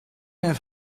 have